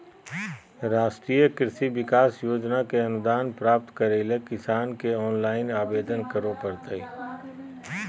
राष्ट्रीय कृषि विकास योजना के अनुदान प्राप्त करैले किसान के ऑनलाइन आवेदन करो परतय